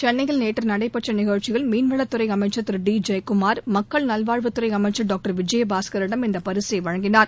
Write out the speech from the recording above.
சென்னையில் நேற்று நடைபெற்ற நிகழ்ச்சியில் மீன்வளத் துறை அமைச்சர் திரு டி ஜெயக்குமார் மக்கள் நல்வாழ்வுத் துறை அமைச்சர் டாக்டர் விஜயபாஸ்கரிடம் இந்த பரிசை வழங்கினார்